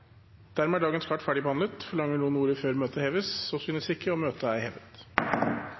dagens kart ferdigbehandlet. Forlanger noen ordet før møtet heves? – Så synes ikke, og møtet er hevet.